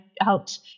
helped